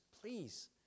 please